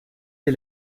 est